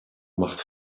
macht